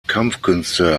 kampfkünste